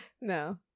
No